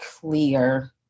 clear